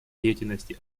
деятельности